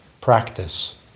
practice